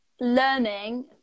learning